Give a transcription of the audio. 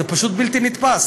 זה פשוט בלתי נתפס.